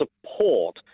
support